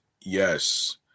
yes